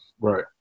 Right